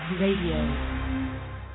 Radio